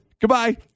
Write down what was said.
goodbye